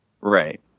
Right